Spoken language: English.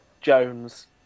Jones